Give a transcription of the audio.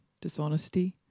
dishonesty